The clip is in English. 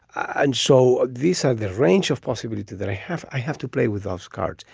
and so ah these are the range of possibilities that i have. i have to play with those cards.